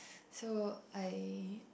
so I